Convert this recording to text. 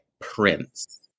Prince